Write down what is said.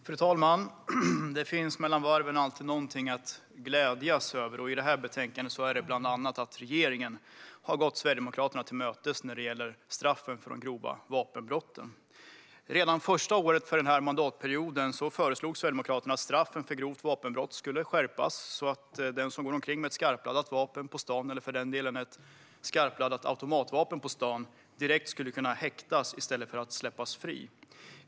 Fru talman! Det finns mellan varven alltid någonting att glädjas över. I detta betänkande är det bland annat att regeringen har gått Sverigedemokraterna till mötes när det gäller straffen för de grova vapenbrotten. Redan första året av den här mandatperioden föreslog Sverigedemokraterna att straffen för grovt vapenbrott skulle skärpas så att den som går omkring med ett skarpladdat vapen eller automatvapen på stan direkt skulle kunna häktas i stället för att släppas fri.